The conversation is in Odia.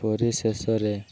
ପରିଶେଷରେ